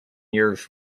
years